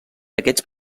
aquests